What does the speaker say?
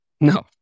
No